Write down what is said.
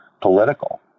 political